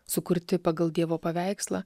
sukurti pagal dievo paveikslą